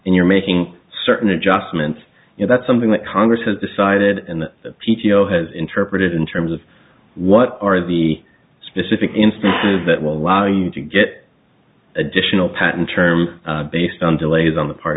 and you're making certain adjustments you know that's something that congress has decided in the p t o has interpreted in terms of what are the specific instances that will allow you to get additional patent term based on delays on the part